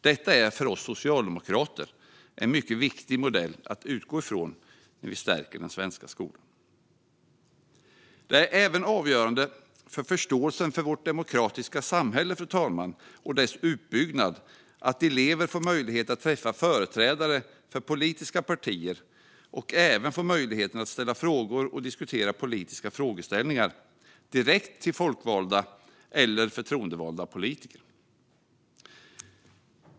Detta är för oss socialdemokrater en viktig modell att utgå från när vi stärker den svenska skolan. Det är även avgörande för förståelsen för vårt demokratiska samhälle och dess uppbyggnad att elever får möjlighet att träffa företrädare för politiska partier och även får möjligheten att ställa frågor och diskutera politiska frågeställningar direkt med folkvalda eller förtroendevalda politiker.